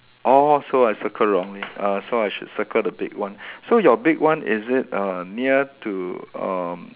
oh so I circle wrongly uh so I should circle the big one so your big one is it uh near to um